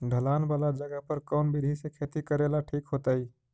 ढलान वाला जगह पर कौन विधी से खेती करेला ठिक होतइ?